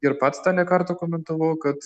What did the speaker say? ir pats tą ne kartą komentavau kad